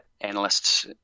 analysts